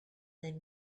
then